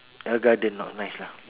ellegarden not nice lah